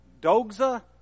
dogza